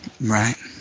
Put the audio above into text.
Right